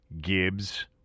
Gibbs